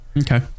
Okay